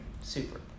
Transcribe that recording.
super